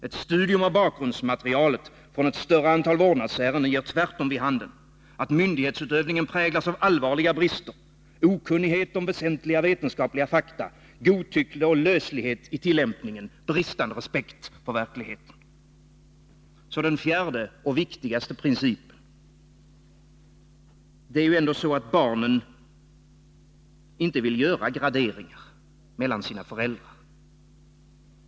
Ett studium av bakgrundsmaterialet från ett större antal vårdnadsärenden ger tvärtom vid handen att myndighetsutövningen präglas av allvarliga brister, okunnighet om väsentliga vetenskapliga fakta, godtycke och löslighet i tillämpningen, bristande respekt för verkligheten. Så den fjärde och viktigaste principen. Det är ändå så, att barnen inte vill göra graderingar mellan sina föräldrar.